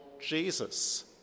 Jesus